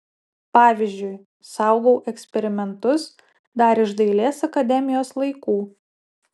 pavyzdžiui saugau eksperimentus dar iš dailės akademijos laikų